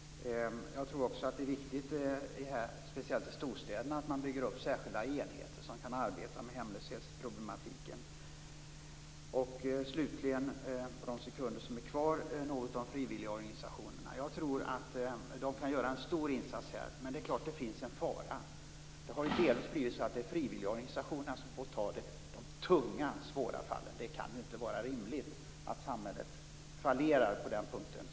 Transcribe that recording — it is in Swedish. Jag tror också att det är viktigt, speciellt i storstäderna, att man bygger upp särskilda enheter som kan arbeta med hemlöshetsproblematiken. Slutligen vill jag säga något om frivilligorganisationerna. Jag tror att de kan göra en stor insats. Men det är klart att det finns en fara. Det har ju delvis blivit så att det är frivilligorganisationerna som får ta de tunga och svåra fallen, och det kan ju inte vara rimligt att samhället fallerar på den punkten.